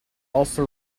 also